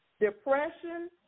depression